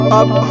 up